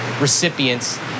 recipients